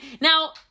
now